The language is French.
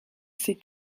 ses